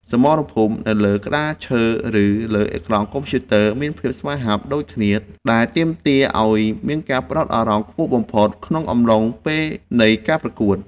សមរភូមិនៅលើក្តារឈើឬលើអេក្រង់កុំព្យូទ័រមានភាពស្វាហាប់ដូចគ្នាដែលទាមទារឱ្យមានការផ្ដោតអារម្មណ៍ខ្ពស់បំផុតក្នុងអំឡុងពេលនៃការប្រកួត។